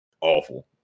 awful